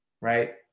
right